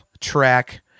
track